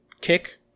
kick